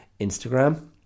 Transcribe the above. Instagram